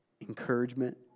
encouragement